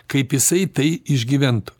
kaip jisai tai išgyventų